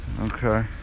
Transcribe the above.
okay